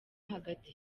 hagati